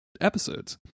episodes